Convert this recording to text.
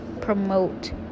promote